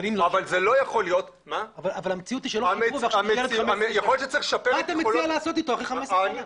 אבל זה לא יכול להיות מה אתה מציע לעשות אחרי 15 שנה ?